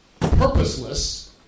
purposeless